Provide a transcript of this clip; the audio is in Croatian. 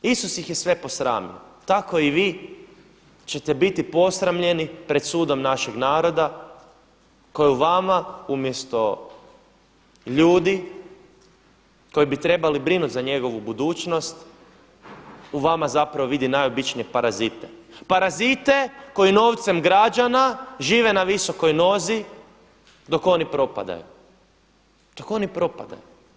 Isus ih je sve posramio, tako i vi ćete biti posramljeni pred sudom našeg naroda koji u vama umjesto ljudi koji bi trebali brinuti za njegovu budućnost u vama zapravo vidi najobičnije parazite, parazite koji novcem građana žive na visokoj nozi dok oni propadaju, dok oni propadaju.